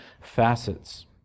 facets